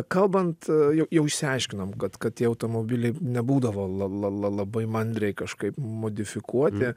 kalbant jau jau išsiaiškinom kad kad tie automobiliai nebūdavo lalala labai mandriai kažkaip modifikuoti